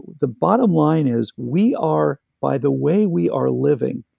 the bottom line is, we are, by the way we are living,